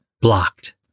Blocked